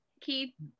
Keith